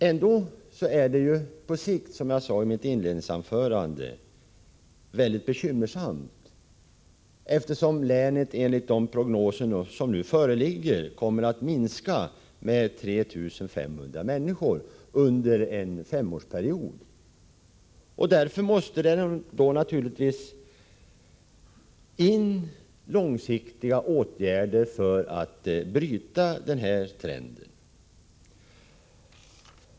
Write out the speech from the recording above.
Ändå är situationen på sikt, som jag sade i mitt inledningsanförande, mycket bekymmersam, eftersom länets befolkning enligt de prognoser som nu föreligger kommer att minska med 3 500 människor under en femårsperiod. Därför måste naturligtvis långsiktiga åtgärder vidtas för att bryta trenden.